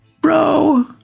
bro